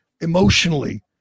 emotionally